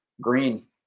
Green